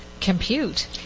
compute